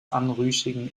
anrüchigen